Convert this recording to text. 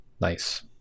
Nice